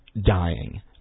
dying